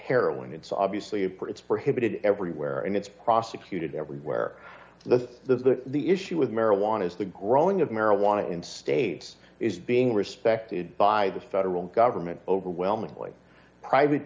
heroin it's obviously prince prohibited everywhere and it's prosecuted everywhere the the issue with marijuana is the growing of marijuana in states is being respected by the federal government overwhelmingly private